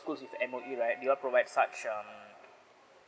what would you like your provide such err